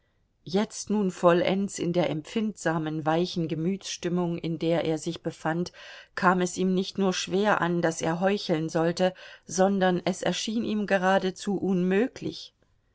jetzt nun vollends in der empfindsamen weichen gemütsstimmung in der er sich befand kam es ihm nicht nur schwer an daß er heucheln sollte sondern es erschien ihm geradezu unmöglich